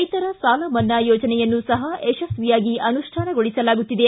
ರೈತರ ಸಾಲಮನ್ನಾ ಯೋಜನೆಯನ್ನೂ ಸಹ ಯಶಸ್ವಿಯಾಗಿ ಅನುಷ್ಠಾನಗೊಳಿಸಲಾಗುತ್ತಿದೆ